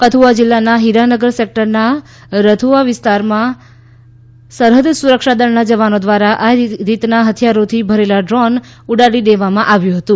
કથુઆ જિલ્લાના હિરાનગર સેક્ટરના રથુઆ વિસ્તારમાં સરહૃદ સુરક્ષા દળના જવાનો દ્વારા આ રીતના હૃથિયારોથી ભરેલા ડ્રોન ઉડાડી દેવામાં આવ્યું હતું